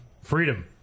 freedom